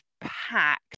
packed